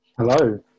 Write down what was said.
Hello